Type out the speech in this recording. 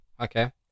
Okay